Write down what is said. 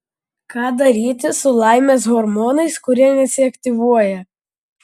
ką daryti su laimės hormonais kurie nesiaktyvuoja